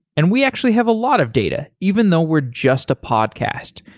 and we actually have a lot of data, even though we're just a podcast.